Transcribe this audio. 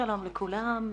שלום לכולם.